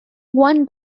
one